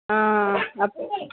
ആ അപ്പോൾ